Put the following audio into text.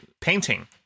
painting